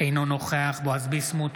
אינו נוכח בועז ביסמוט,